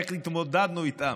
איך התמודדנו איתם,